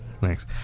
Thanks